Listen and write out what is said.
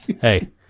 Hey